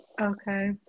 okay